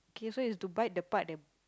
K so is to bite the part that